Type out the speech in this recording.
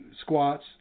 squats